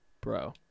bro